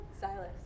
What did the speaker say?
Silas